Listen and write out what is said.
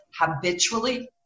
habitually